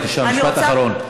בבקשה, משפט אחרון.